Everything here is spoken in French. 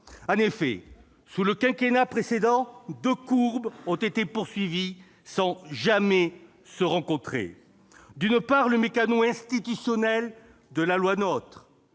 En effet, sous le quinquennat précédent, deux courbes ont été prolongées sans jamais qu'elles se rencontrent, avec, d'une part, le meccano institutionnel de la loi NOTRe,